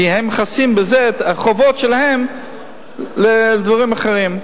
כי הם מכסים בזה את החובות שלהם לדברים אחרים.